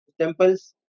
temples